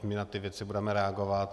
Na ty věci budeme reagovat.